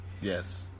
Yes